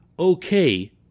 Okay